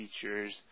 features